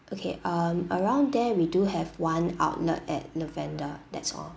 okay um around there we do have one outlet at lavender that's all